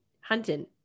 hunting